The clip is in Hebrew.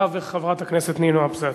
ובתווך חברת הכנסת נינו אבסדזה.